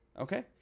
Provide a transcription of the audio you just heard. Okay